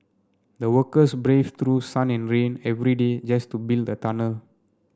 the workers braved through sun and rain every day just to build the tunnel